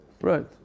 Right